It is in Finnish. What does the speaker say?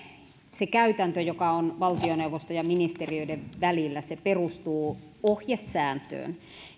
se käytäntö joka on valtioneuvoston ja ministeriöiden välillä perustuu ohjesääntöön